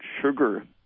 sugar